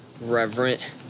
reverent